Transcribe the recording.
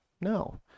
No